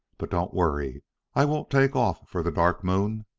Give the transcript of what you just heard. but don't worry i won't take off for the dark moon.